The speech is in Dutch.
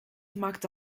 maakte